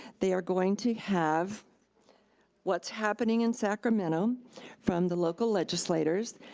they are going to have what's happening in sacramento from the local legislatures.